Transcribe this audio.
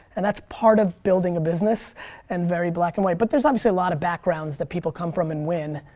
and that's part of building a business and very black and white. but there's obviously a lot of backgrounds that people come from and win.